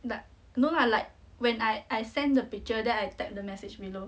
but no lah like when I I send the picture then I tag message below